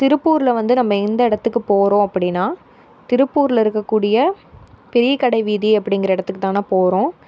திருப்பூரில் வந்து நம்ம எந்த இடத்துக்கு போகிறோம் அப்படின்னா திருப்பூரில் இருக்கக்கூடிய பெரியக்கடை வீதி அப்படிங்கிற இடத்துக்கு தாங்ண்ணா போகிறோம்